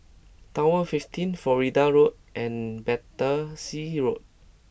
Tower Fifteen Florida Road and Battersea Road